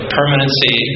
permanency